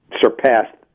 surpassed